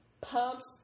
pumps